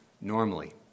normally